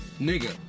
Nigga